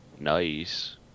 Nice